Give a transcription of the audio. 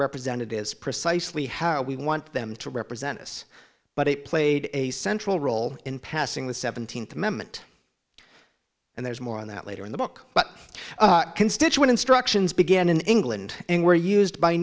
representatives precisely how we want them to represent us but it played a central role in passing the seventeenth amendment and there's more on that later in the book but constituent instructions began in england and were used by